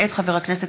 מאת חברת הכנסת